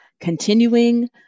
continuing